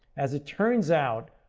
as it turns out,